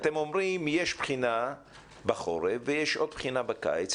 אתם אומרים שיש בחינה בחורף ויש עוד בחינה בקיץ,